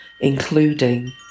including